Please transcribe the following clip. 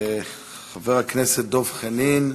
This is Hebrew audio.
חבר הכנסת דב חנין,